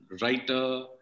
writer